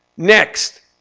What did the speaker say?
next,